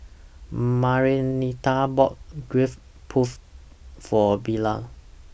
Marianita bought Gudeg Putih For Bilal